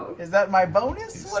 is that my bonus?